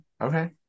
okay